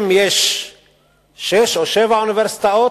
אם יש שש או שבע אוניברסיטאות,